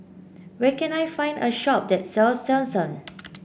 where can I find a shop that sells Selsun